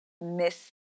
miss